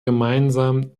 gemeinsam